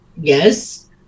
Yes